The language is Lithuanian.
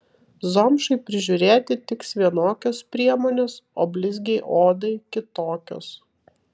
zomšai prižiūrėti tiks vienokios priemonės o blizgiai odai kitokios